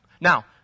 Now